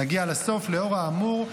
נגיע לסוף: לנוכח האמור,